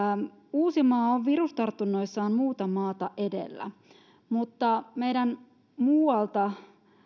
uusimaa on virustartunnoissaan muuta maata edellä mutta meidän muualta